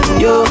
yo